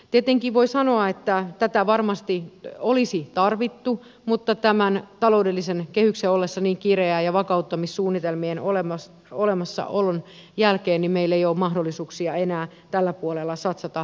tietenkin voi sanoa että tätä varmasti olisi tarvittu mutta tämän taloudellisen kehyksen ollessa niin kireä ja vakauttamissuunnitelmien olemassaolon jälkeen meillä ei ole mahdollisuuksia enää tällä puolella satsata lämmitystapamuutoksiin